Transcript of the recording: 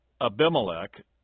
Abimelech